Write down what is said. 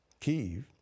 Kyiv